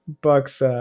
Bucks